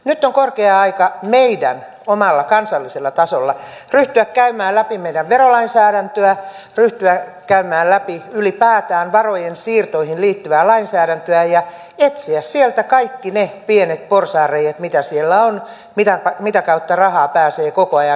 nyt on meidän korkea aika omalla kansallisella tasolla ryhtyä käymään läpi meidän verolainsäädäntöä ryhtyä käymään läpi ylipäätään varojen siirtoihin liittyvää lainsäädäntöä ja etsiä sieltä kaikki ne pienet porsaanreiät mitä siellä on mitä kautta rahaa pääsee koko ajan virtaamaan veroparatiiseihin